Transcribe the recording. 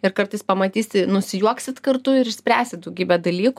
ir kartais pamatysi nusijuoksit kartu ir išspręsit daugybę dalykų